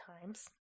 times